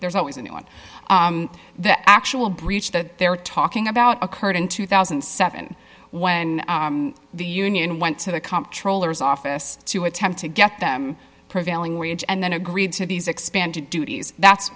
there's always a new one the actual breach that they were talking about occurred in two thousand and seven when the union went to the comptroller his office to attempt to get them prevailing wage and then agreed to these expanded duties that's